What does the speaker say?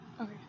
Okay